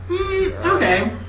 Okay